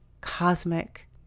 cosmic